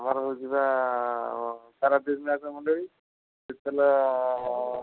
ଆମର ହେଉଥିବା ସାରା